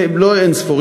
לא אין-ספור,